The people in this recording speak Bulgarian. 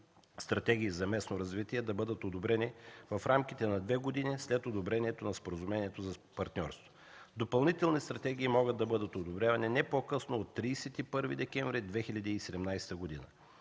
стратегии за местно развитие, да бъдат одобрени в рамките на две години след одобрението на Споразумението за партньорство. Допълнителни стратегии могат да бъдат одобрявани не по-късно от 31 декември 2017 г.